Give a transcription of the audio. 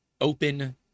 Open